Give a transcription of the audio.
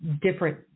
different